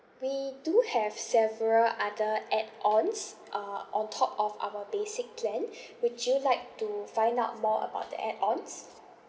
we do have several other add ons uh on top of our basic plan would you like to find out more about the add ons